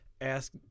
Ask